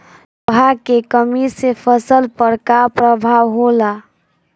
लोहा के कमी से फसल पर का प्रभाव होला?